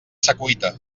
secuita